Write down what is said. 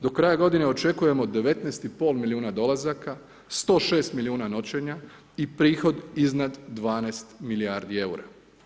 Do kraja godine očekujemo 19 i pol milijuna dolazaka, 106 milijuna noćenja i prihod iznad 12 milijardi eura.